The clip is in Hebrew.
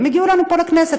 הם הגיעו לפה לכנסת,